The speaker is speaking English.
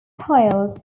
styled